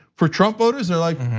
for trump voters, they're like.